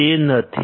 તે નથી